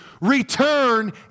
Return